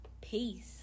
Peace